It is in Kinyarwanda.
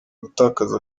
gutakaza